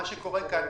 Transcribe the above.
מה שקורה כאן,